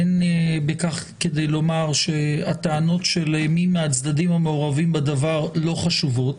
אין בכך כדי לומר שהטענות של מי מהצדדים המעורבים בדבר לא חשובות.